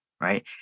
right